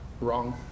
wrong